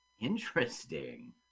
Interesting